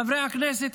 חברי הכנסת,